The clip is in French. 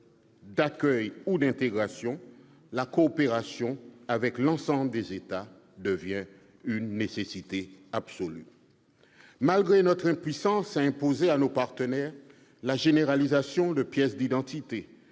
d'accueil ou d'intégration, la coopération avec l'ensemble des États devient une nécessité absolue. Malgré notre impuissance à imposer à nos partenaires la généralisation de pièces d'identité,